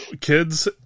Kids